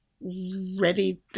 ready